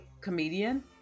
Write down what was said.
comedian